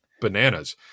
bananas